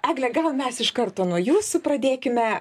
egle gal mes iš karto nuo jūsų pradėkime